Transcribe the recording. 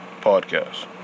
Podcast